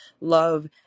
love